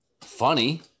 Funny